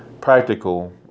practical